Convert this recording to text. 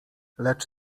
lecz